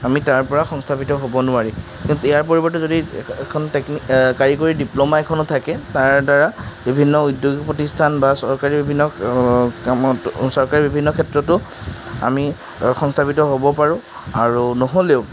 আমি তাৰপৰা সংস্থাপিত হ'ব নোৱাৰি কিন্তু ইয়াৰ পৰিৱৰ্তে যদি এখ এখন টেকনিক কাৰিকৰী ডিপ্ল'মা এখনো থাকে তাৰদ্বাৰা বিভিন্ন উদ্য়োগিক প্ৰতিষ্ঠান বা চৰকাৰী বিভিন্ন কামত চৰকাৰী বিভিন্ন ক্ষেত্ৰতো আমি সংস্থাপিত হ'ব পাৰোঁ আৰু নহ'লেও